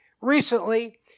Recently